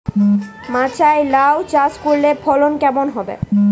মাচায় লাউ চাষ করলে ফলন কেমন?